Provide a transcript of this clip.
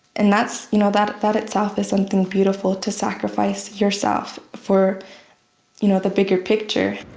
and that's you know, that that itself is something beautiful to sacrifice yourself for you know, the bigger picture.